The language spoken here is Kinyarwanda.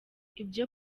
ibyo